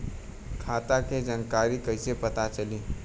खाता के जानकारी कइसे पता चली?